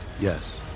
Yes